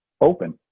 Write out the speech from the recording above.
open